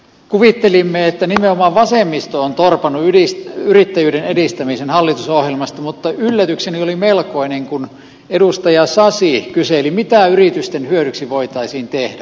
kuvittelimme että nimenomaan vasemmisto on torpannut yrittäjyyden edistämisen hallitusohjelmasta mutta yllätykseni oli melkoinen kun edustaja sasi kyseli mitä yritysten hyödyksi voitaisiin tehdä